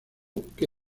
que